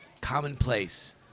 commonplace